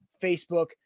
Facebook